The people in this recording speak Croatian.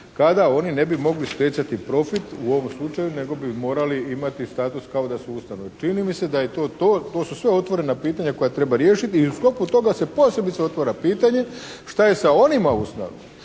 kada oni ne bi mogli stjecati profit u ovom slučaju nego bi morali imati status kao da su ustanove. Čini mi se da je to to. To su sve otvorena pitanja koja treba riješiti. I u sklopu toga se posebice otvara pitanje šta je sa onima ustanovama